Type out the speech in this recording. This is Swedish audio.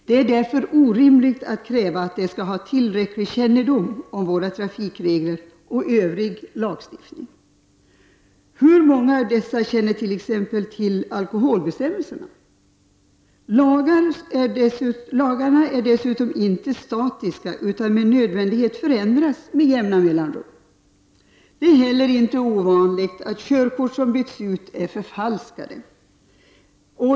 Det är därför orimligt att kräva att de skall ha tillräcklig kännedom om våra trafikregler och övrig lagstiftning. Hur många av dessa känner t.ex. till alkoholbestämmelserna? Lagarna är dessutom inte statiska utan förändras med nödvändighet med jämna mellanrum. Det är inte heller ovanligt att körkort som byts ut är förfalskade.